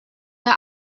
der